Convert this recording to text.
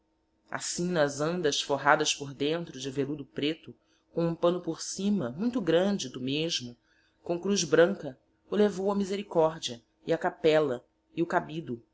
assim nas andas forradas por dentro de veludo preto com hum panno por sima muito grande do mesmo com cruz branca o levou a misericordia e a capella e o cabido